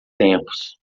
tempos